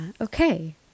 okay